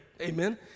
Amen